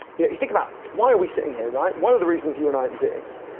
yeah you think about why are we sitting here, right, why are the reasons you and i exist.